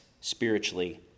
spiritually